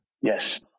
Yes